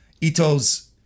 Ito's